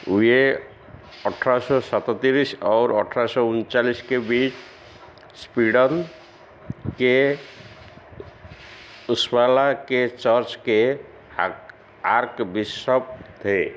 वे अट्ठारह सौ सततिविस और अट्ठारह सौ उनचालीस के बीच स्वीडन के उस्वाला के चर्च के हर्क आर्कबिशप थे